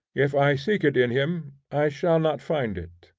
if i seek it in him i shall not find it.